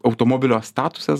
automobilio statusas